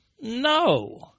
No